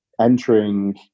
entering